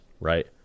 right